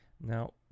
Now